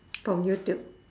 from youtube